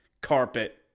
carpet